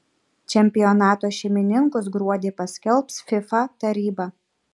čempionato šeimininkus gruodį paskelbs fifa taryba